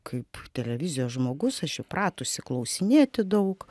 kaip televizijos žmogus aš įpratusi klausinėti daug